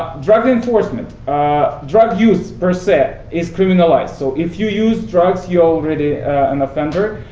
drug enforcement drug use, per se, is criminalized. so if you use drugs, you're already an offender.